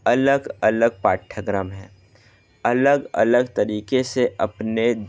अलग अलग पाठ्यक्रम है अलग अलग तरीके से अपने